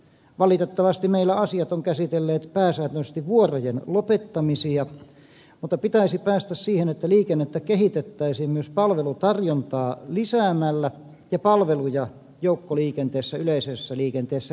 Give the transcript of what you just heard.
valitettavasti meillä asiat ovat koskeneet pääsääntöisesti vuorojen lopettamisia mutta pitäisi päästä siihen että liikennettä kehitettäisiin myös palvelutarjontaa lisäämällä ja palveluja joukkoliikenteessä yleisessä liikenteessä lisäämällä